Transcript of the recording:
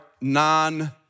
non